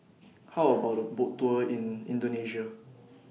How about A Boat Tour in Indonesia